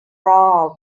rob